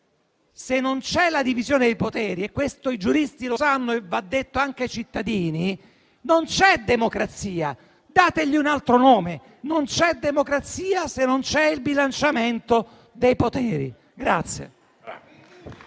Se non c'è la divisione dei poteri e, questo i giuristi lo sanno e va detto anche ai cittadini, non c'è democrazia: datele un altro nome, ma non c'è democrazia, se non c'è il bilanciamento dei poteri.